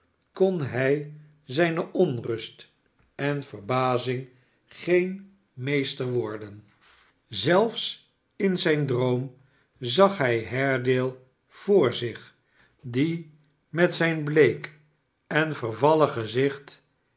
kon hij zijne onrust en verbazing geen meester worden barnaby rudge zelfs fa zijn droom zag hij haredale voor zich die met zijn bleek en vervallen gezicht